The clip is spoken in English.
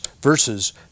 versus